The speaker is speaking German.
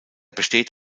besteht